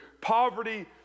poverty